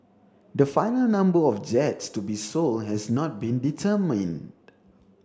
the final number of jets to be sold has not been determined